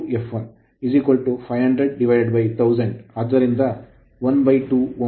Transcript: ಇದು Z ZB V2I2fl 5001000 ಆದ್ದರಿಂದ 12 Ω